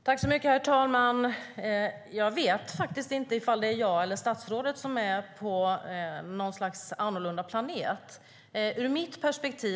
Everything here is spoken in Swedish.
Herr talman! Jag vet inte om det är jag eller statsrådet som är på en annan planet.